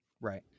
Right